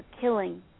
killing